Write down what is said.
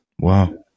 Wow